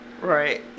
Right